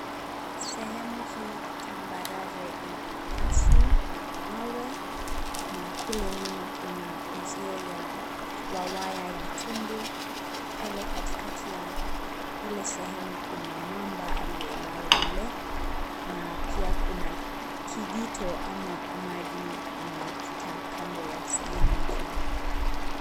Sehemu hii tambarare ina nyasi na mawe na kule nyuma kuna uzio ya waya ya tundu. Pale katikati ya ile sehemu kuna mamba aliyelala mle na pia kuna kijito ama maji yanayopita kando ya sehemu hii.